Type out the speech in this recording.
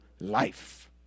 life